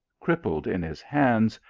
crippled in his hand,